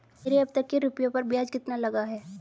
मेरे अब तक के रुपयों पर ब्याज कितना लगा है?